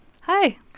Hi